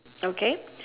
okay